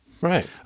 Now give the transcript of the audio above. Right